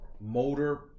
motor